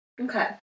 Okay